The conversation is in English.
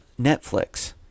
Netflix